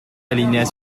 alinéas